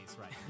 right